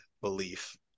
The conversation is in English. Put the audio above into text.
belief